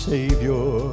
Savior